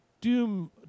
Doom